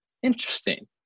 interesting